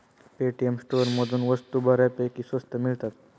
Paytm स्टोअरमधून वस्तू बऱ्यापैकी स्वस्त मिळतात